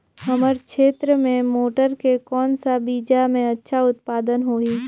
हमर क्षेत्र मे मटर के कौन सा बीजा मे अच्छा उत्पादन होही?